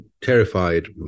terrified